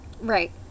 Right